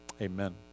Amen